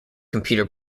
computer